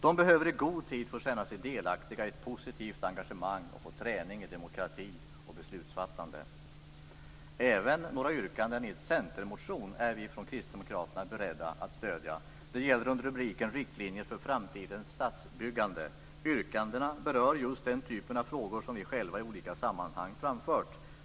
De behöver i god tid få känna sig delaktiga i ett positivt engagemang och få träning i demokrati och beslutsfattande. Även några yrkanden i en centermotion är vi från Kristdemokraterna beredda att stödja. Det gäller under rubriken "Riktlinjer för framtidens stadsbyggande". Yrkandena berör just den typ av frågor som vi själva i olika sammanhang framfört.